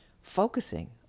Focusing